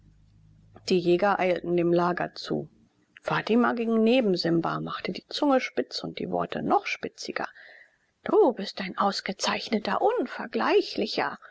die jäger eilten dem lager zu fatima ging neben simba machte die zunge spitz und die worte noch spitziger du bist ein ausgezeichneter unvergleichlicher